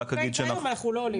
היום אנחנו לא עולים.